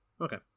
Okay